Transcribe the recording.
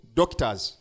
doctors